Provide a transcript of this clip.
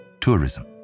tourism